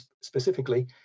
specifically